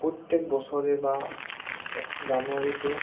প্ৰত্যেক বছৰে বা এক জানুৱাৰীটো